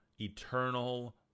eternal